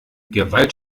gewalt